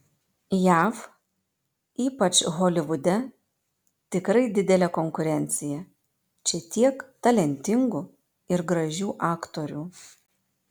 jav ypač holivude tikrai didelė konkurencija čia tiek talentingų ir gražių aktorių